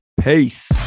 Peace